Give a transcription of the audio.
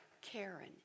Karen